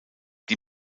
die